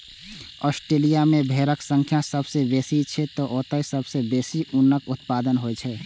Australia मे भेड़क संख्या सबसं बेसी छै, तें ओतय सबसं बेसी ऊनक उत्पादन होइ छै